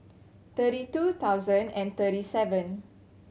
thirty two thousand and thirty seven